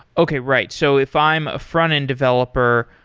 okay. right. so if i'm a frontend developer,